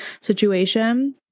situation